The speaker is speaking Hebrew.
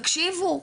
תקשיבו,